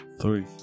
three